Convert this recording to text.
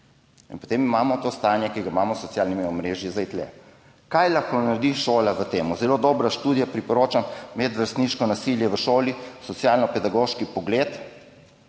In potem imamo to stanje, ki ga imamo s socialnimi omrežji, zdaj tu. Kaj lahko naredi šola pri tem? Zelo dobra študija, priporočam, Medvrstniško nasilje v šoli, socialno-pedagoški pogled,